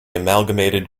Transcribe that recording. amalgamated